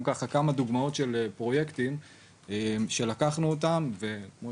כמה דוגמאות של פרויקטים שלקחנו אותם וכמו